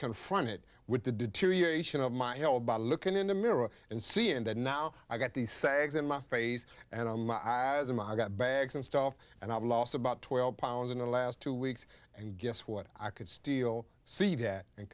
confronted with the deterioration of my held by looking in the mirror and seeing that now i've got these sags in my face and on my eyes and i got bags and stuff and i've lost about twelve pounds in the last two weeks and guess what i could steal see that and